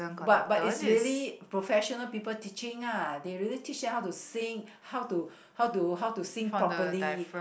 but but it's really professional people teaching ah they really teach you how to sing how to how to how to sing properly